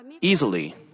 easily